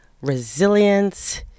resilience